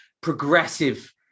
progressive